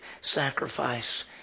sacrifice